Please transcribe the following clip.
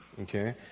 okay